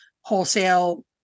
wholesale